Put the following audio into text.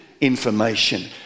information